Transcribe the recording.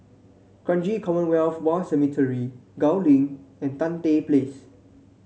Kranji Commonwealth War Cemetery Gul Link and Tan Tye Place